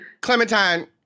Clementine